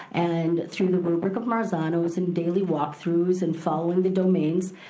and through the rubric of marzano's and daily walk-throughs and following the domains,